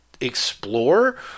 explore